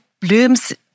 blooms